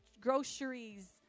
Groceries